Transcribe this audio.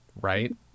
Right